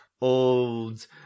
old